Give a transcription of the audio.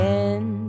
end